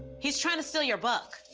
he's trying to steal your book.